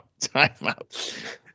timeout